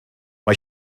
mae